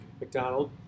McDonald